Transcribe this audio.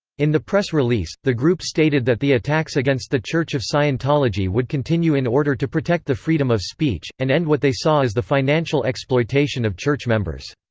in the press release, the group stated that the attacks against the church of scientology would continue in order to protect the freedom of speech, and end what they saw as the financial exploitation of church members.